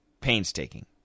Painstaking